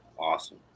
Awesome